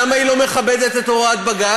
למה היא לא מכבדת את הוראת בג"ץ?